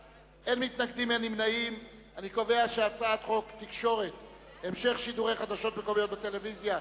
2). חוק התקשורת (המשך שידורי חדשות מקומיות בטלוויזיה)